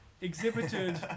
exhibited